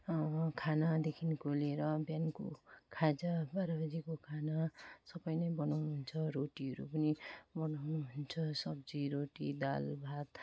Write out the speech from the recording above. खानादेखिको लिएर बिहानको खाजा बाह्र बजीको खाना सबै नै बनाउनुहुन्छ रोटीहरू पनि बनाउनुहुन्छ सब्जी रोटी दाल भात